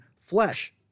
flesh